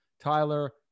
Tyler